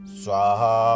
swaha